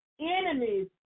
enemies